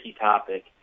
topic